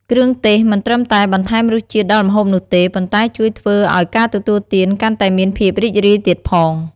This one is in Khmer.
គ្រឿងទេសមិនត្រឹមតែបន្ថែមរសជាតិដល់ម្ហូបនោះទេ ប៉ុន្តែជួយធ្វើឲ្យការទទួលទានកាន់តែមានភាពរីករាយទៀតផង។